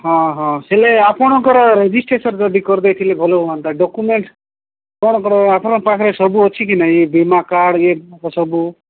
ହଁ ହଁ ହେଲେ ଆପଣଙ୍କର ରେଜିଷ୍ଟ୍ରେସନ୍ ଯଦି କରିଦେଇଥିଲେ ଭଲ ହୁଅନ୍ତା ଡକୁୁମେଣ୍ଟ କ'ଣ କ'ଣ ଆପଣଙ୍କ ପାଖରେ ସବୁ ଅଛି କି ନାଇଁ ବୀମା କାର୍ଡ୍ ଇଏ ସବୁ